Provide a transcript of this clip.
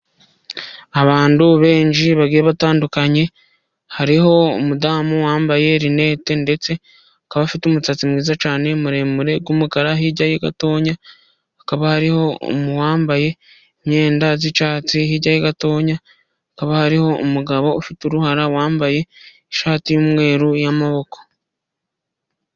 Abantu benshi bagiye batandukanye. Hariho umudamu wambaye linete, ndetse akaba afite umusatsi mwiza cyane, muremure w’umukara. Hirya ye gatoya, hakaba hariho uwambaye imyenda y’icyatsi. Hirya ye gatoya, hakaba hariho umugabo ufite uruhara, wambaye ishati y’umweru y’amaboko.